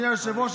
אדוני היושב-ראש,